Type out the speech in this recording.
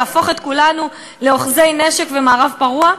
להפוך את כולנו לאוחזי נשק ומערב פרוע?